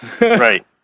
Right